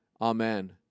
Amen